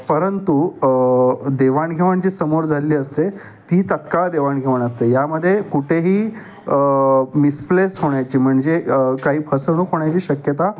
परंतु देवाणघेवण जी समोर झालेली असते ती तत्काळ देवाणघेवण असते यामध्ये कुठेही मिस्प्लेस होण्याची म्हणजे काही फसवणूक होण्याची शक्यता